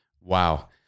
Wow